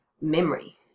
memory